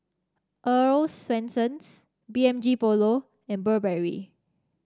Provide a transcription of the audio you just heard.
Earl's Swensens B M G Polo and Burberry